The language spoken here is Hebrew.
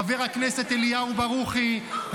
לחבר הכנסת אליהו ברוכי,